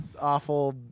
awful